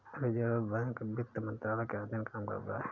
reserve bank वित्त मंत्रालय के अधीन काम करता है